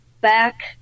back